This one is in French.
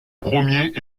premier